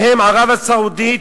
והן ערב-הסעודית,